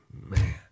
man